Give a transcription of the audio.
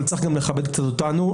אבל צריך גם לכבד קצת אותנו.